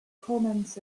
comments